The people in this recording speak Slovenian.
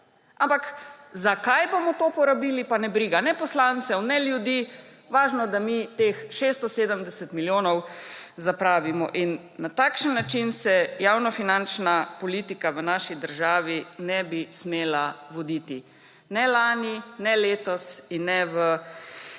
Ampak za kaj bomo to porabili, pa ne briga ne poslancev, ne ljudi, važno, da mi teh 670 milijonov zapravimo. Na takšen način se javnofinančna politika v naši državi ne bi smela voditi: ne lani, ne letos in ne v